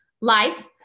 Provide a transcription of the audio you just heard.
life